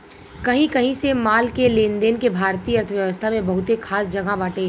कही कही से माल के लेनदेन के भारतीय अर्थव्यवस्था में बहुते खास जगह बाटे